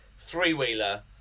three-wheeler